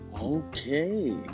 okay